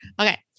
okay